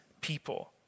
people